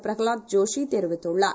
பிரக லாத்ஜோஷிதெரிவித்துள்ளார்